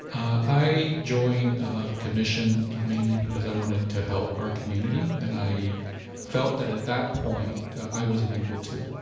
i joined the commission ah mainly because i wanted to help our community. and i felt that, at that point, i wasn't able to.